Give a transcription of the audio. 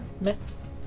miss